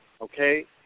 okay